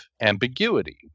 ambiguity